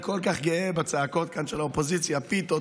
אני כל כך גאה בצעקות כאן של האופוזיציה: פיתות,